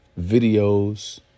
videos